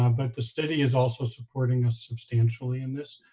um but the city is also supporting us substantially in this.